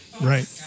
Right